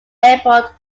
airport